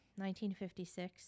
1956